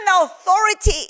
authority